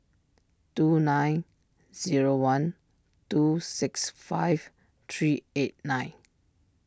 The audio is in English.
two nine zero one two six five three eight nine